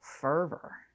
fervor